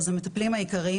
המטפלים העיקריים,